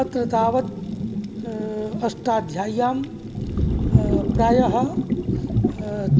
अत्र तावत् अष्टाध्याय्यां प्रायः